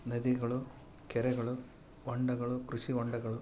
ನದಿಗಳು ಕೆರೆಗಳು ಹೊಂಡಗಳು ಕೃಷಿ ಹೊಂಡಗಳು